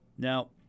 Now